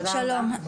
תודה רבה.